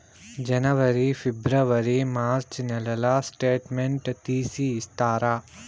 జనవరి, ఫిబ్రవరి, మార్చ్ నెలల స్టేట్మెంట్ తీసి ఇస్తారా?